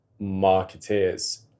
marketeers